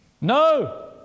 No